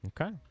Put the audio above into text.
Okay